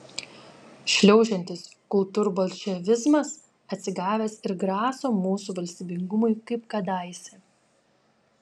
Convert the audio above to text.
šliaužiantis kultūrbolševizmas atsigavęs ir graso mūsų valstybingumui kaip kadaise